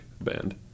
band